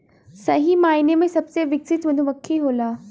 सही मायने में सबसे विकसित मधुमक्खी होला